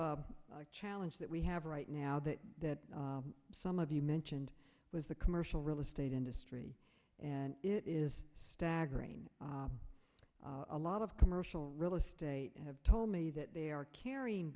grave challenge that we have right now that some of you mentioned was the commercial real estate industry and it is staggering a lot of commercial real estate have told me that they are carrying